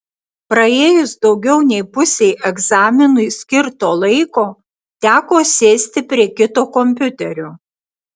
praėjus daugiau nei pusei egzaminui skirto laiko teko sėsti prie kito kompiuterio